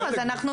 אבל אנחנו